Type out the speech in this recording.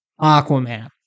Aquaman